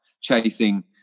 chasing